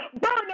Burn